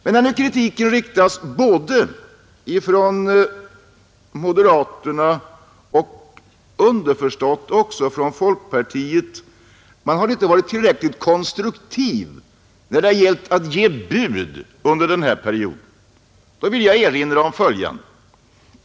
Men kritik riktas både från moderaterna och underförstått också från folkpartiet mot att man inte varit tillräckligt konstruktiv när det gällt att ge bud under den här perioden. Jag vill erinra om följande.